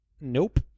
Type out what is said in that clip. Nope